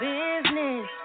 business